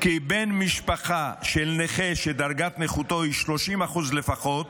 כי בן משפחה של נכה שדרגת נכותו היא 30% לפחות